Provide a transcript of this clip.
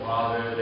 Father